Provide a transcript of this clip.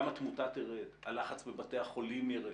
גם התמותה תרד, הלחץ בבתי החולים ירד,